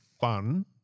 fun